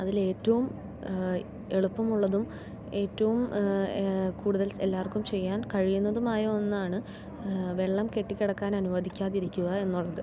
അതിൽ ഏറ്റവും എളുപ്പമുള്ളതും ഏറ്റവും കൂടുതൽ എല്ലാവർക്കും ചെയ്യാൻ കഴിയുന്നതുമായ ഒന്നാണ് വെള്ളം കെട്ടിക്കിടക്കാൻ അനുവദിക്കാതിരിക്കുക എന്നുള്ളത്